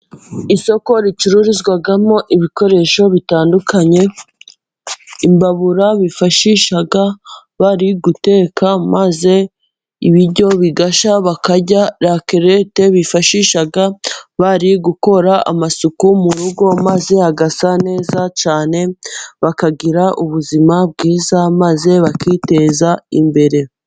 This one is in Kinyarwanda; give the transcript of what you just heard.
Isoko ricururizwamo ibikoresho bitandukanye: Imbabura bifashisha bari guteka maze ibiryo bigashya bakarya, lakilete bifashisha bari gukora amasuku mu rugo maze hagasa neza cyane, bakagira ubuzima bwiza maze bakiteza imbere.